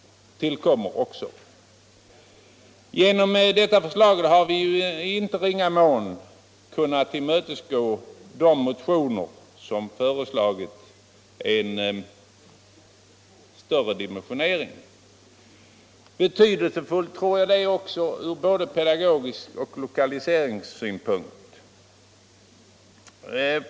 Genom detta förslag har vi i inte ringa mån kunnat tillmötesgå de motionärer som föreslagit en större dimensionering. Jag tror det är betydelsefullt ur både pedagogisk synpunkt och lokaliseringssynpunkt.